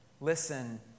Listen